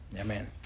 Amen